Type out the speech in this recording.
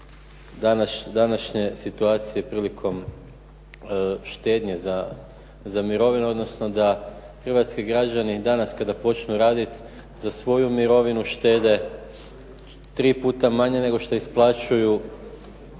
današnje situacije prilikom štednje za mirovinu, odnosno da hrvatski građani danas kada počnu raditi za svoju mirovinu štede tri puta manje nego što se isplaćuje